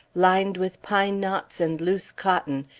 lined with pine knots and loose cotton,